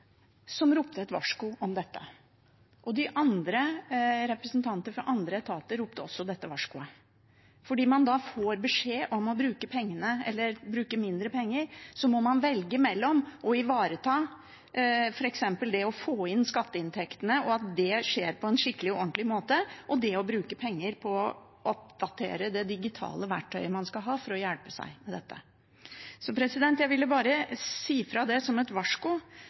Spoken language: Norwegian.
som ropte et varsko om dette. Representanter fra andre etater ropte også dette varskoet, for man får beskjed om å bruke mindre penger, og så må man velge mellom å ivareta f.eks. det å få inn skatteinntektene – at det skjer på en skikkelig og ordentlig måte – og det å bruke penger på å oppdatere det digitale verktøyet man skal ha for å hjelpe seg med dette. Jeg ville bare si fra som et varsko